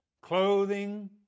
clothing